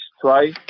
try